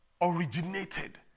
originated